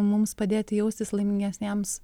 mums padėti jaustis laimingesniems